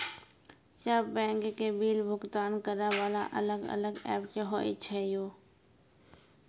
सब बैंक के बिल भुगतान करे वाला अलग अलग ऐप्स होय छै यो?